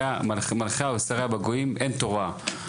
"מלכיה ושריה בגויים אין תורה",